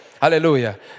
Hallelujah